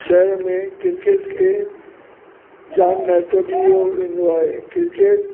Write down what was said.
शहर में क्रिकेट खे जामु महत्व ॾिनो वेंदो आहे क्रिकेट